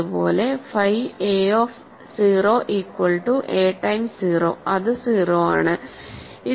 അതുപോലെ phi a of 0 equal to a times 0 അത് 0 ആണ്